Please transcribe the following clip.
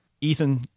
Ethan